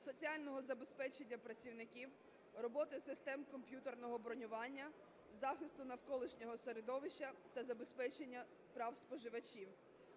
соціального забезпечення працівників, роботи систем комп'ютерного бронювання, захисту навколишнього середовища та забезпечення прав споживачів.